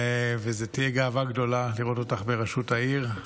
וזו תהיה גאווה גדולה לראות אותך בראשות העיר.